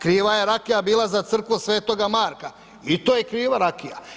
Kriva je rakija bila za Crkvu svetoga Marka, i to je kriva rakija.